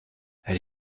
elle